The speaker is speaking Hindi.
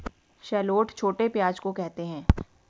शैलोट छोटे प्याज़ को कहते है